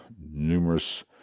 numerous